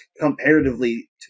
comparatively